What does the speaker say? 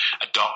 adopt